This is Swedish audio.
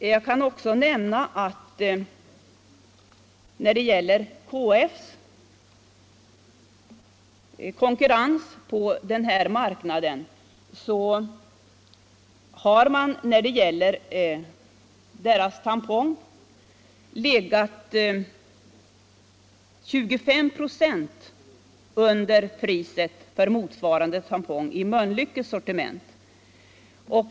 Jag kan också nämna beträffande KF:s konkurrens på den här marknaden att priset på dess tampong har legat 25 926 under priset på motsvarande tampong i Mölnlyckes sortiment.